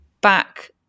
back